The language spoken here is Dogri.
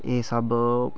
एह् सब